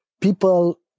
people